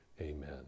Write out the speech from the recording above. Amen